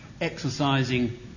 exercising